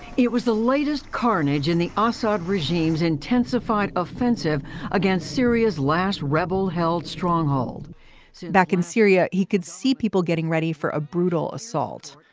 it was the latest carnage in the assad regime's intensified offensive against syria's last rebel held stronghold so back in syria he could see people getting ready for a brutal assault.